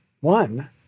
one